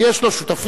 כי יש לו שותפים,